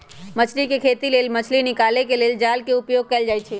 मछरी कें खेति से मछ्री निकाले लेल जाल के उपयोग कएल जाइ छै